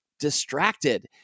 Distracted